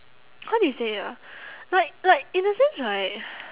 how do you say ah like like in the sense right